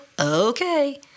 okay